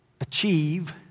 achieve